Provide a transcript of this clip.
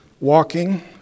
walking